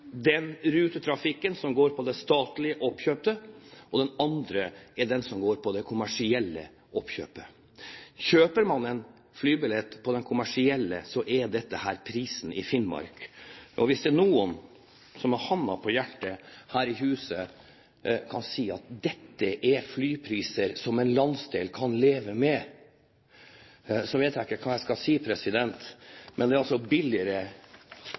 den som går på det kommersielle oppkjøpet. Kjøper man en flybillett på det kommersielle, er dette prisen i Finnmark. Og hvis det er noen her i huset som med hånden på hjertet kan si at dette er flypriser en landsdel kan leve med, vet jeg ikke hva jeg skal si. Men det er altså billigere